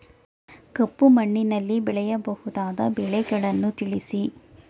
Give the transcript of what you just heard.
ಕಪ್ಪು ಮಣ್ಣಿನಲ್ಲಿ ಬೆಳೆಯಬಹುದಾದ ಬೆಳೆಗಳನ್ನು ತಿಳಿಸಿ?